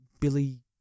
Billy